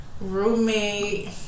Roommate